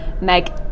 Meg